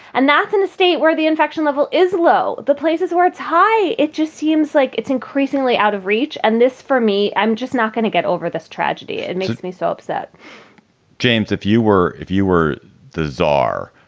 and that's in a state where the infection level is low, the places where it's high. it just seems like it's increasingly out of reach. and this for me, i'm just not going to get over this tragedy. it makes me so upset james, if you were if you the czar,